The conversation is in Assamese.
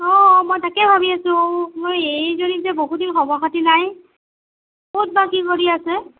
অঁ মই তাকেই ভাবি আছোঁ মই এইজনীৰ যে বহুদিন খবৰ খাতিৰ নাই ক'ত বা কি কৰি আছে